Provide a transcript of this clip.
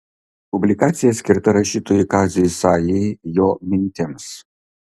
publikacija skirta rašytojui kaziui sajai jo mintims